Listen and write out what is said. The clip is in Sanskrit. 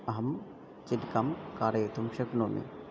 अहं चीटिकां कारयितुं शक्नोमि